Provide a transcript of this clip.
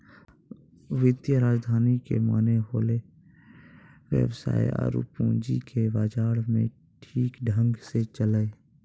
वित्तीय राजधानी के माने होलै वेवसाय आरु पूंजी के बाजार मे ठीक ढंग से चलैय